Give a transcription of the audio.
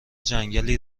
جنگلی